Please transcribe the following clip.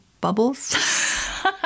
bubbles